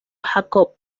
jacob